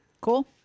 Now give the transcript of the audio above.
Cool